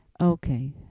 Okay